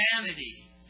humanity